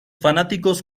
fanáticos